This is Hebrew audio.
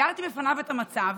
תיארתי בפניו את המצב.